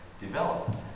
develop